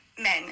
men